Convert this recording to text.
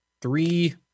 three